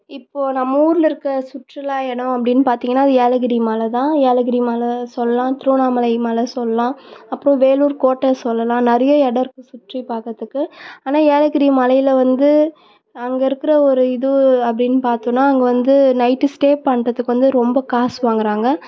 இப்போ நம்ம ஊரில் இருக்க சுற்றுலா இடோம் அப்படின்னு பார்த்தீங்கனா அது ஏலகிரி மலைதான் ஏலகிரி மலை சொல்லலாம் திருவண்ணாமலை மலை சொல்லலாம் அப்புறம் வேலூர் கோட்டை சொல்லலாம் நிறைய இடோம் இருக்கு சுற்றி பார்க்குறத்துக்கு ஆனால் ஏலகிரி மலையில் வந்து அங்கே இருக்கிற ஒரு இது அப்படின்னு பார்த்தோனா அங்கேவந்து நைட்டு ஸ்டே பண்ணுறத்துக்கு வந்து ரொம்ப காசு வாங்குறாங்க